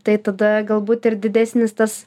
tai tada galbūt ir didesnis tas